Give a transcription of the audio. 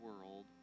world